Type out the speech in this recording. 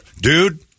Dude